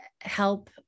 help